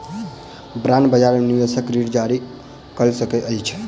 bond बजार में निवेशक ऋण जारी कअ सकैत अछि